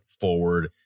forward